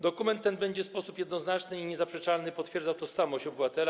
Dokument ten będzie w sposób jednoznaczny i niezaprzeczalny potwierdzał tożsamość obywatela.